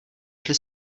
šli